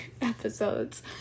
episodes